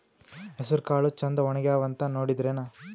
ಹೆಸರಕಾಳು ಛಂದ ಒಣಗ್ಯಾವಂತ ನೋಡಿದ್ರೆನ?